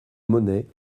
monnaie